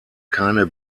keine